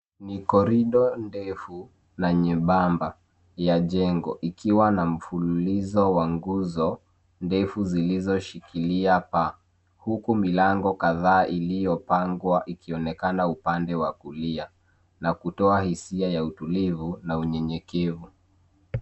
Ni korido ndefu na nyembamba ya jengo ikiwa na mfululizoza za nguzo ndefu zilizo shikilia paa huku milango kadhaa iliyo pangwa ikionekana upande wa kulia na kutoa hisia ya utulivu na unyenyekevu.